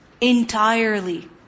Entirely